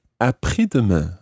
après-demain